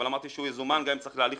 אבל אמרתי שהוא יזומן גם אם צריך להליך